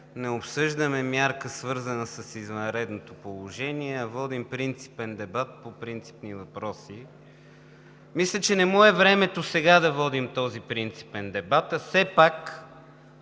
не обсъждаме мярка, свързана с извънредното положение, а водим принципен дебат по принципни въпроси. Мисля, че не му е сега времето да водим този принципен дебат, а все пак